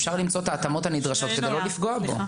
אפשר למצוא את ההתאמות הנדרשות כדי לא לפגוע בו.